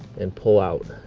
and pull out,